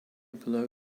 below